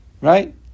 right